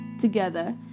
together